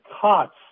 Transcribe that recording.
cots